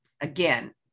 again